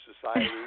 society